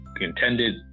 intended